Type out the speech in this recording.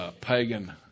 pagan